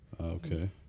okay